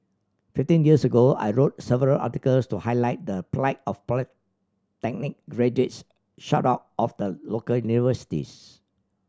fifteen years ago I wrote several articles to highlight the plight of polytechnic graduates shut out of the local universities